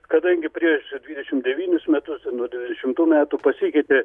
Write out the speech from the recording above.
kadangi prieš dvidešim devynis metus nuo dvidešimtų metų pasikeitė